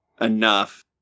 enough